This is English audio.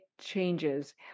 changes